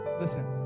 listen